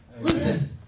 Listen